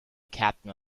captain